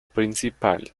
principal